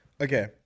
Okay